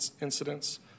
incidents